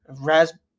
Raspberry